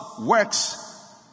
works